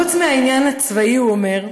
"חוץ מהעניין הצבאי", הוא אומר,